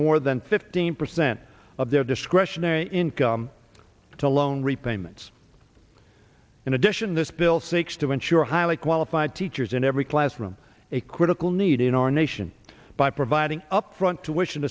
more than fifteen percent of their discretionary income to loan repayments in addition this bill seeks to ensure highly qualified teachers in every classroom a critical need in our nation by providing upfront t